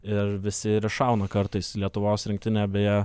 ir visi ir iššauna kartais lietuvos rinktinė beje